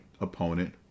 opponent